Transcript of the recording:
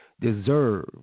deserve